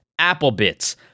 AppleBits